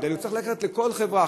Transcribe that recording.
אלא הוא צריך ללכת לכל חברה,